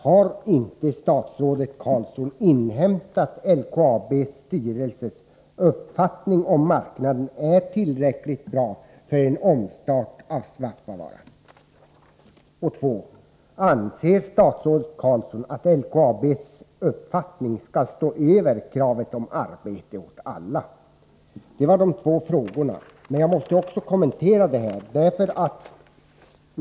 Har inte statsrådet Carlsson inhämtat LKAB:s styrelses uppfattning om huruvida marknaden är tillräckligt bra för en omstart av kulsinterverket i Svappavaara? 2. Anser statsrådet Carlsson att LKAB:s uppfattning skall stå över kravet på arbete åt alla? Det var de två frågorna, men jag måste också kommentera svaret.